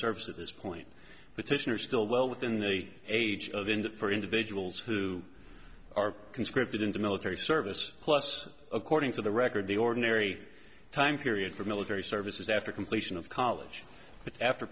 service at this point but titian are still well within the age of in that for individuals who are conscripted into military service plus according to the record the ordinary time period for military service after completion of college but after